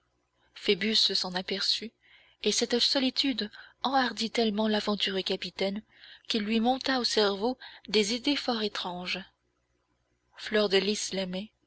phoebus s'en aperçut et cette solitude enhardit tellement l'aventureux capitaine qu'il lui monta au cerveau des idées fort étranges fleur de lys l'aimait